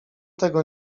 tego